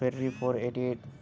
Ferrari four eighty eight